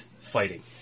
fighting